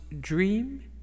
Dream